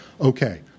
Okay